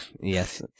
Yes